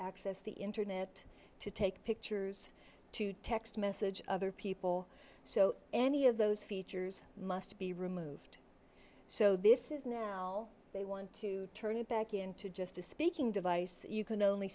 access the internet to take pictures to text message other people so any of those features must be removed so this is now they want to turn it back into just a speaking device you can only